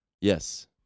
Yes